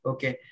Okay